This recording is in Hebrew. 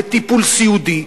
לטיפול סיעודי,